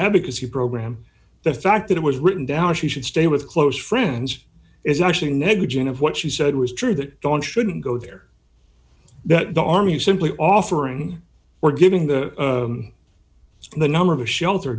you program the fact that it was written down she should stay with close friends is actually negligent of what she said was true that dawn shouldn't go there that the army simply offering or giving the the number of a shelter